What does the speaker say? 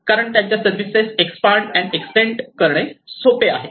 कारण त्यांच्या services expand and extend करणे सोपे आहे